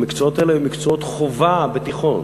המקצועות האלה היו מקצועות חובה בתיכון,